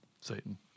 Satan